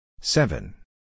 Seven